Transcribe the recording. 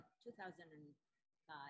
2005